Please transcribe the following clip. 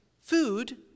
food